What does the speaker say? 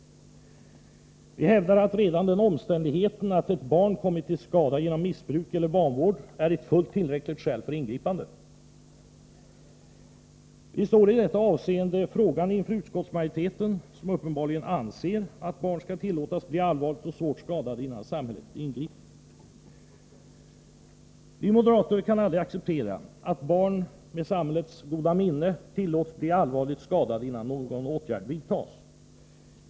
Vi hävdar att redan den omständigheten att ett barn har kommit till skada genom missbruk eller vanvård är ett fullt tillräckligt skäl för ingripande. Vi står i detta avseende frågande inför utskottsmajoriteten som uppenbarligen anser att barn skall tillåtas bli allvarligt och svårt skadade innan samhället ingriper. Vi moderater kan aldrig acceptera att barn med samhällets goda minne tillåts bli allvarligt skadade innan någon åtgärd vidtas.